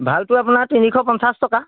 ভালটো আপোনাৰ তিনিশ পঞ্চাছ টকা